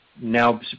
now